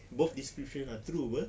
both descriptions are true [pe]